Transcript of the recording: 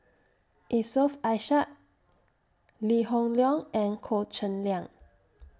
Yusof Ishak Lee Hoon Leong and Goh Cheng Liang